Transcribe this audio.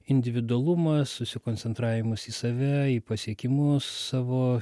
individualumas susikoncentravimas į save į pasiekimus savo